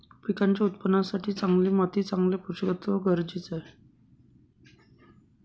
पिकांच्या उत्पादनासाठी चांगली माती चांगले पोषकतत्व गरजेचे असते